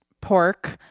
pork